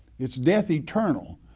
it's death eternal.